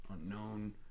unknown